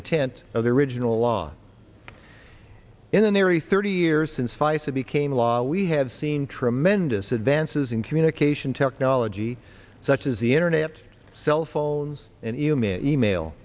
intent of the original law in an eerie thirty years since feisal became law we have seen tremendous advances in communication technology such as the internet cell phones and human email